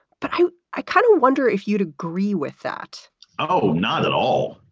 but i i kind of wonder if you'd agree with that oh, not at all.